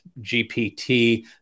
GPT